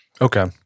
Okay